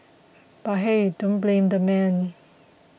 but hey don't blame the man